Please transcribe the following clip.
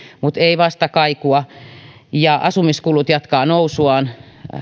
mutta ei vastakaikua asumiskulut jatkavat nousuaan